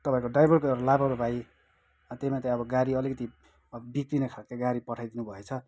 तपाईँहरूको ड्राइभरको एउटा लापरवाही अब त्यहीमाथि अब गाडी अलिकति अब बिग्रिने खालको गाडी पठाइदिनुभएछ